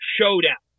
Showdown